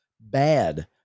bad